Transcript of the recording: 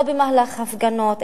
לא במהלך הפגנות,